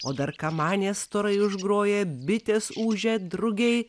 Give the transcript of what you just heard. o dar kamanės storai užgroja bitės ūžia drugiai